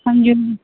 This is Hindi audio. हाँ जी